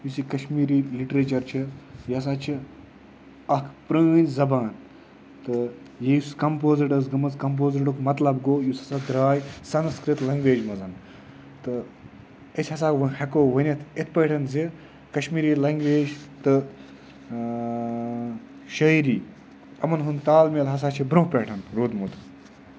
یُس یہِ کَشمیٖری لِٹریچَر چھِ یہِ ہَسا چھِ اَکھ پرٛٲنۍ زبان تہٕ یُس کَمپوزٕڈ ٲس گٔمٕژ کَمپوزٕڈُک مطلب گوٚو یُس ہَسا درٛاے سَنسکِرٛت لنٛگویج منٛز تہٕ أسۍ ہَسا وۄنۍ ہٮ۪کو ؤنِتھ یِتھ پٲٹھۍ زِ کَشمیٖری لنٛگویج تہٕ شاعری یِمَن ہُنٛد تال میل ہَسا چھِ برٛونٛہہ پٮ۪ٹھ روٗدمُت